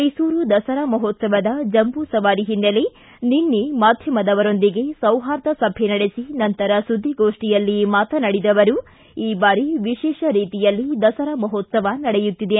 ಮೈಸೂರು ದಸರಾ ಮಹೋತ್ಸವದ ಜಂಬೂಸವಾರಿ ಹಿನ್ನೆಲೆ ನಿನ್ನೆ ಮಾದ್ಯಮದವರೊಂದಿಗೆ ಸೌಹಾರ್ದ ಸಭೆ ನಡೆಸಿ ನಂತರ ಸುದ್ದಿಗೋಷ್ಠಿಯಲ್ಲಿ ಮಾತನಾಡಿದ ಅವರು ಈ ಬಾರಿ ವಿಶೇಷ ರೀತಿಯಲ್ಲಿ ದಸರಾ ಮಹೋತ್ತವ ನಡೆಯುತ್ತಿದೆ